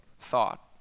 thought